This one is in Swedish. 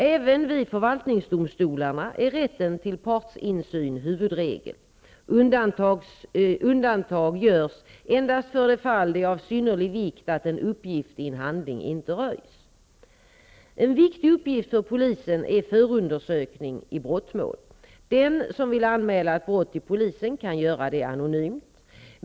Även vid förvaltningsdomstolarna är rätten till partsinsyn huvudregel. Undantag görs endast för det fall det är av synnerlig vikt att en uppgift i en handling inte röjs. En viktig uppgift för polisen är förundersökning i brottmål. Den som vill anmäla ett brott till polisen kan göra det anonymt.